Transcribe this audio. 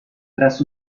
tras